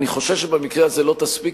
אני חושב שבמקרה הזה זה לא יספיק,